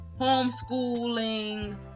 homeschooling